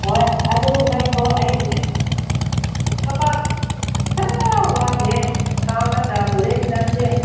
ꯍꯣꯏ ꯑꯗꯨ ꯉꯥꯏꯈꯣ ꯑꯩ ꯍꯧꯖꯤꯛ ꯊꯕꯛ ꯈꯔ ꯋꯥꯠꯂꯤꯌꯦ ꯇꯪꯔꯒ ꯍꯣꯔꯦꯟ ꯆꯠꯁꯦ